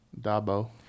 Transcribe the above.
Dabo